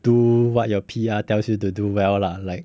do what your P_R tells you to do well lah like